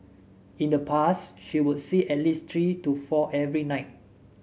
in the past she would see at least three to four every night